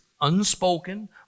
unspoken